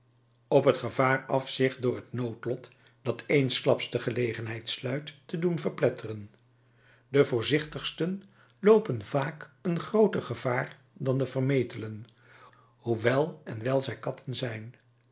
op het gevaar af zich door het noodlot dat eensklaps de gelegenheid sluit te doen verpletteren de voorzichtigsten loopen vaak een grooter gevaar dan de vermetelen hoewel en wijl zij katten zijn